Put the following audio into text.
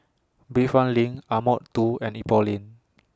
Bayfront LINK Ardmore two and Ipoh Lane